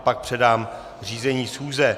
Pak předám řízení schůze.